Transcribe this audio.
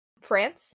France